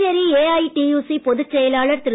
புதுச்சேரி ஏஐடியுசி பொதுச் செயலாளர் திரு